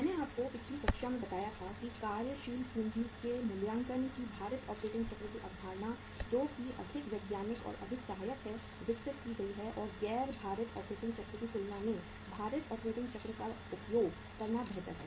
मैंने आपको पिछली कक्षा में बताया था कि कार्यशील पूंजी के मूल्यांकन की भारित ऑपरेटिंग चक्र की अवधारणा जो कि अधिक वैज्ञानिक और अधिक सहायक है विकसित की गई है और गैर भारित ऑपरेटिंग चक्र की तुलना में भारित ऑपरेटिंग चक्र का उपयोग करना बेहतर है